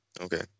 Okay